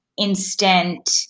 instant